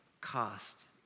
cost